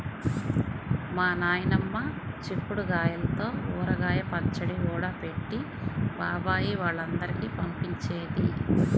మా నాయనమ్మ చిక్కుడు గాయల్తో ఊరగాయ పచ్చడి కూడా పెట్టి బాబాయ్ వాళ్ళందరికీ పంపించేది